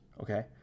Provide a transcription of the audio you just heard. Okay